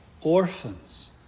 orphans